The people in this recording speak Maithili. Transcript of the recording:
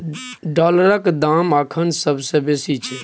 डॉलरक दाम अखन सबसे बेसी छै